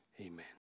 Amen